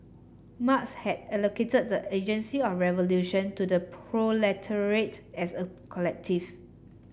Marx had allocated the agency of revolution to the proletariat as a collective